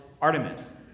Artemis